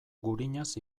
gurinaz